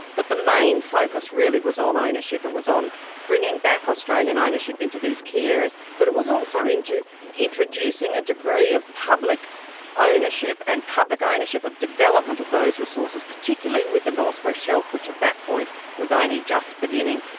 but the main focus, really, was on ownership, it was on bringing back australian ownership into these key areas. but was also into introducing a degree of public ownership and public ownership of development of those resources, particularly with the north west shelf, which at that point was only just beginning.